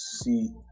See